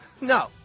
No